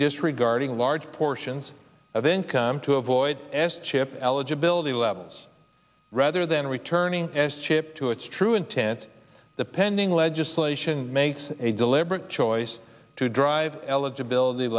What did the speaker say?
disregarding large portions of income to avoid s chip eligibility levels rather than returning s chip to its true intent the pending legislation makes a deliberate choice to drive eligibility